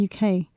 UK